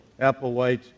Applewhite